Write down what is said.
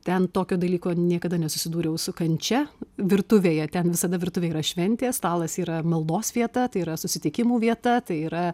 ten tokio dalyko niekada nesusidūriau su kančia virtuvėje ten visada virtuvėj yra šventės stalas yra maldos vieta tai yra susitikimų vieta tai yra